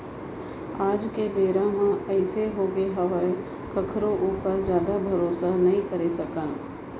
आज के बेरा म अइसे होगे हावय कखरो ऊपर जादा भरोसा नइ करे सकस